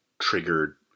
triggered